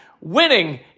Winning